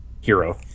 hero